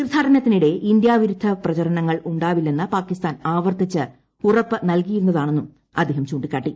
തീർത്ഥാടനത്തിനിടെ India വിരുദ്ധ പ്രചരണങ്ങൾ ഉണ്ടാവില്ലെന്ന് പാകിസ്ഥാൻ ആവർത്തിച്ച് ഉറപ്പു നൽകിയിരുന്നതാണെന്നും അദ്ദേഹം ചൂണ്ടിക്കാട്ടി